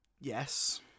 Yes